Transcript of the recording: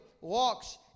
walks